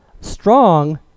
Strong